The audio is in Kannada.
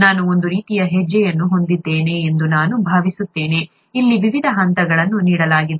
ನಾನು ಒಂದು ರೀತಿಯ ಹೆಜ್ಜೆಯನ್ನು ಹೊಂದಿದ್ದೇನೆ ಎಂದು ನಾನು ಭಾವಿಸುತ್ತೇನೆ ಇಲ್ಲಿ ವಿವಿಧ ಹಂತಗಳನ್ನು ನೀಡಲಾಗಿದೆ